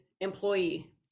employee